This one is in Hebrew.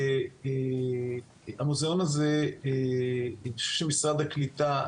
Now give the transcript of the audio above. המוזיאון הזה משרד הקליטה,